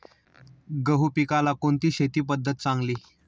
गहू पिकाला कोणती शेती पद्धत चांगली?